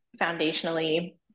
foundationally